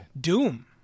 doom